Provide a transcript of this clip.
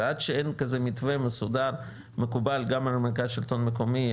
ועד שאין כזה מתווה מסודר מקובל גם על המרכז לשלטון מקומי,